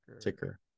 Ticker